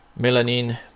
melanin